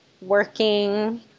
working